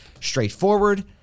straightforward